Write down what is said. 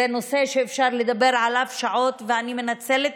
זה נושא שאפשר לדבר עליו שעות ואני מנצלת